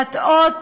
להטעות,